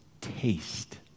taste